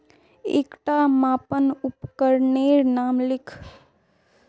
एकटा मापन उपकरनेर नाम लिख?